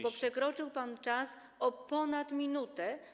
bo przekroczył pan czas o ponad minutę.